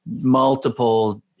multiple